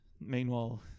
Meanwhile